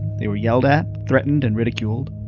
they were yelled at, threatened and ridiculed.